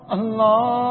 Allah